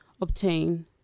obtain